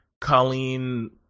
Colleen